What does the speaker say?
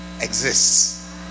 exists